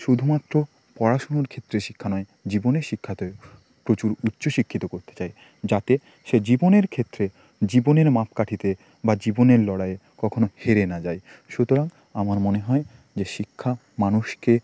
শুধুমাত্র পড়াশুনোর ক্ষেত্রে শিক্ষা নয় জীবনের শিক্ষাতে প্রচুর উচ্চ শিক্ষিত করতে চাই যাতে সে জীবনের ক্ষেত্রে জীবনের মাপকাঠিতে বা জীবনের লড়াইয়ে কখনও হেরে না যায় সুতরাং আমার মনে হয় যে শিক্ষা মানুষকে